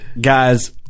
Guys